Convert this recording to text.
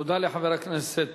תודה לחבר הכנסת